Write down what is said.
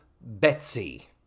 Betsy